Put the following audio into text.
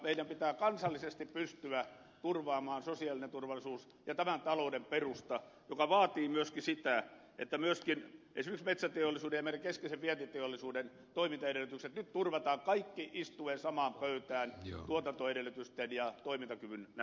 meidän pitää kansallisesti pystyä turvaamaan sosiaalinen turvallisuus ja talouden perusta joka vaatii myöskin sitä että esimerkiksi metsäteollisuuden ja meidän keskeisen vientiteollisuutemme toimintaedellytykset nyt turvataan kaikki istuen samaan pöytään tuotantoedellytysten ja toimintakyvyn näkökulmasta